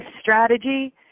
strategy